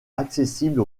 accessible